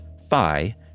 thigh